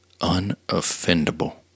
unoffendable